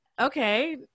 okay